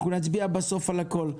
אנחנו נצביע בסוף על הכול.